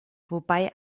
wobei